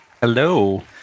Hello